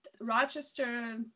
Rochester